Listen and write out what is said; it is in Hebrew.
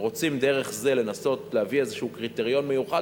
ורוצים דרך זה לנסות להביא איזה קריטריון מיוחד,